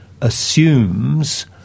assumes